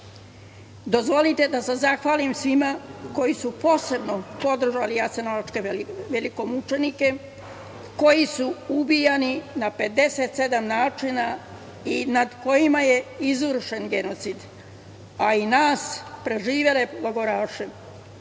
Dozvolite da se zahvalim svima koji su posebno podržali jasenovačke velikomučenike, koji su ubijani na 57 načina i nad kojima je izvršen genocid, a i nas preživele logoraše.